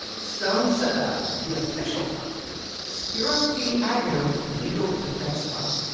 stone set up the official spiro t. agnew legal defense fund